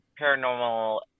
Paranormal